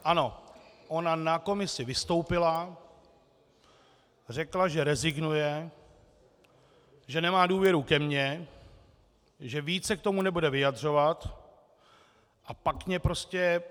Ano, ona na komisi vystoupila, řekla, že rezignuje, že nemá důvěru ke mně, že víc se k tomu nebude vyjadřovat, a pak mě prostě...